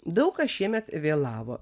daug kas šiemet vėlavo